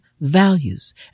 values